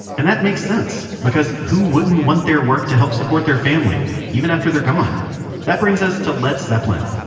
and that makes sense, because who wouldn't want their work to help support their family even after they're gone this brings us to led zeppelin.